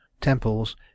temples